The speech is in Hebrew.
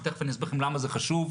ותכף אני אסביר למה זה חשוב.